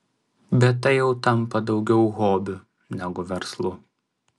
bet tai jau tampa daugiau hobiu negu verslu